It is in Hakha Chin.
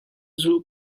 zulh